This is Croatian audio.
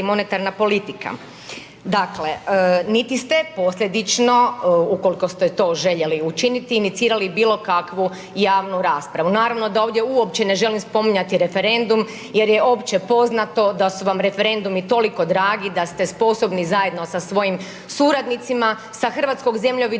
monetarna politika. Dakle, niti ste posljedično ukoliko ste to željeli učiniti, inicirali bilokakvu javnu raspravu. Naravno da ovdje uopće ne želim spominjati referendum jer je opće poznato da su vam referendumi toliko dragi da ste sposobni zajedno sa svojim suradnicima sa hrvatskog zemljovida